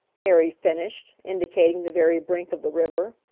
harry finished, indicating the very brink of the river.